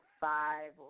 five